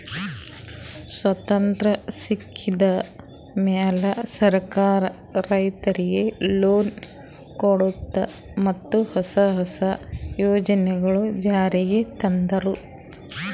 ಸ್ವತಂತ್ರ್ ಸಿಕ್ಕಿದ್ ಮ್ಯಾಲ್ ಸರ್ಕಾರ್ ರೈತರಿಗ್ ಲೋನ್ ಕೊಡದು ಮತ್ತ್ ಹೊಸ ಹೊಸ ಯೋಜನೆಗೊಳು ಜಾರಿಗ್ ತಂದ್ರು